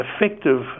effective